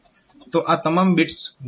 તો આ તમામ બિટ્સ 1 બની જશે